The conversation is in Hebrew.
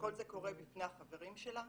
כשכל זה קורה בפני החברים שלה,